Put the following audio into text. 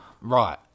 Right